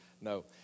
no